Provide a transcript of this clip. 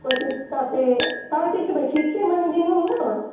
म चाहिँ तपाईँ तपाईँ त्यसो भए फिक्सै मानिदिनु म